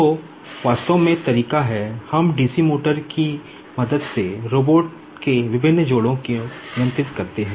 तो यह वास्तव में तरीका है हम DC मोटर की मदद से रोबोट के विभिन्न जोड़ों को नियंत्रित करते हैं